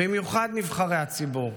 במיוחד נבחרי הציבור,